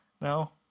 no